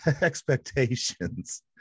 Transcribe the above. expectations